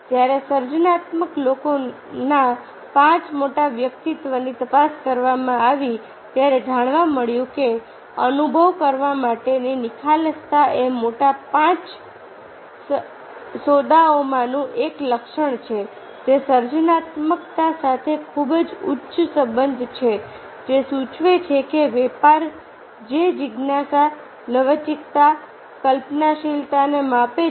જ્યારે સર્જનાત્મક લોકોના 5 મોટા વ્યક્તિત્વની તપાસ કરવામાં આવી ત્યારે જાણવા મળ્યું કે અનુભવ કરવા માટેની નિખાલસતા એ મોટા 5 સોદાઓમાંનું એક લક્ષણ છે જે સર્જનાત્મકતા સાથે ખૂબ જ ઉચ્ચ સંબંધ છે જે સૂચવે છે કે વેપાર જે જિજ્ઞાસા લવચીકતા કલ્પનાશીલતાને માપે છે